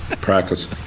Practice